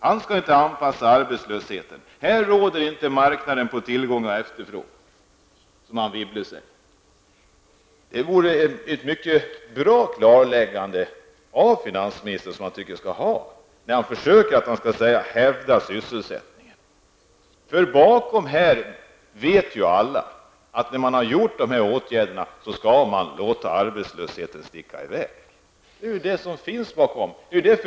Han skall inte anpassa arbetslösheten. Här råder inte lagen om tillgång och efterfrågan, som Anne Wibble säger. Det vore bra om vi från finansministern kunde få ett klarläggande på den punkten, eftersom han säger att han skall hävda sysselsättningen. När man har vidtagit de här åtgärderna skall man -- det vet ju alla -- låta arbetslösheten öka kraftigt. Det är det som ligger bakom åtgärderna.